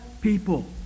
people